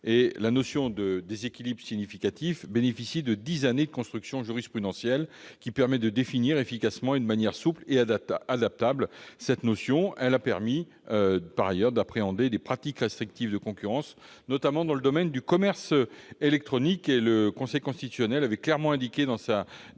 La notion de « déséquilibre significatif » bénéficie de dix années de construction jurisprudentielle permettant de la définir efficacement, de manière souple et adaptable. Elle a permis d'appréhender des pratiques restrictives de concurrence, notamment dans le domaine du commerce électronique. Le Conseil constitutionnel a clairement indiqué, dans sa décision